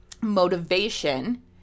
motivation